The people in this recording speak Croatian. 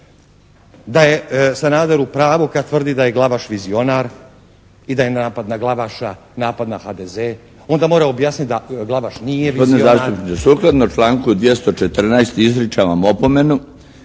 Da je Sanader u pravu kad tvrdi da je Glavaš vizionar i da je napad na Glavaša napad na HDZ. Onda mora objasniti da Glavaš nije vizionar.